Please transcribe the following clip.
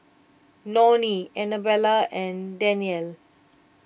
Nonie Anabelle and Danyell